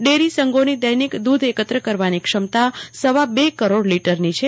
dairy સંઘોની દૈનિક દૂધ એકત્ર કરવાની ક્ષમતા સવા બે કરોડ લીટર છે